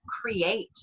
create